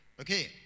Okay